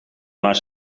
naar